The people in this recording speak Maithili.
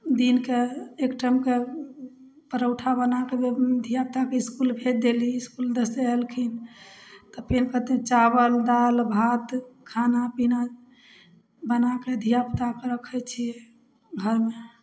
दिनके एक टाइम कऽ परौठा बनाके धिया पूताके इसकुल भेज देली इसकुल सऽ एलखिन तऽ फेर कथी चाबल दालि भात खाना पीना बनाकऽ धिया पूताके रखै छियै घरमे